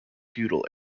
feudal